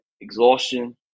exhaustion